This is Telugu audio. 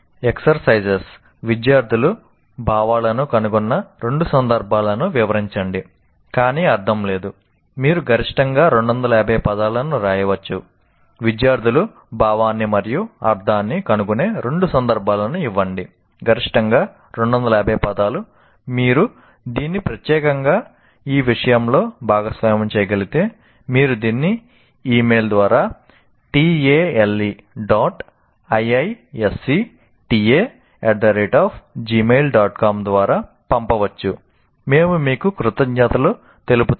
ఎక్సర్సైజస్ ద్వారా పంపవచ్చు మేము మీకు కృతజ్ఞతలు తెలుపుతాము